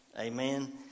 Amen